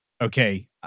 okay